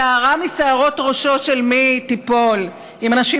שערה משערות ראשו של מי תיפול אם אנשים